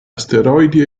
asteroidi